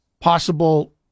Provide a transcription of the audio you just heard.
possible